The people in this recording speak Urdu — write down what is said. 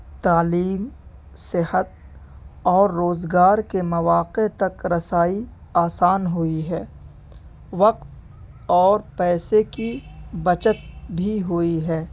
تعلیم صحت اور روزگار کے مواقع تک رسائی آسان ہوئی ہے وقت اور پیسے کی بچت بھی ہوئی ہے